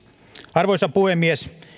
arvoisa puhemies